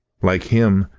like him,